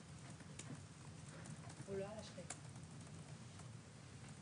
אורי גולדשטיין, ממשרד הבריאות.